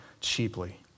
cheaply